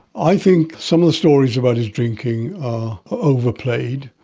i think some of the stories about his drinking are overplayed.